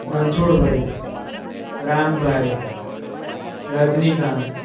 Ranchhodbhai Rambhai Rajnikant